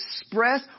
express